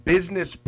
business